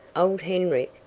old hendrick,